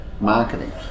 marketing